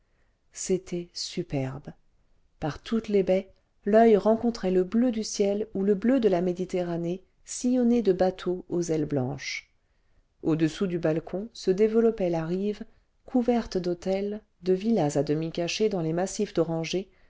c'était superbe par toutes les baies l'oeil rencontrait le bleu du ciel ou le bleu de la méditerranée sillonnée de bateaux aux ailes blanches au-dessous du balcon se développait la rive couverte d'hôtels de villas à demi cachées dans les massifs d'orangers